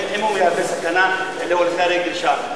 אם הוא מהווה סכנה להולכי הרגל שם,